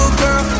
girl